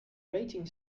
rating